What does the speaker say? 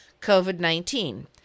COVID-19